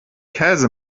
käse